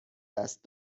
دست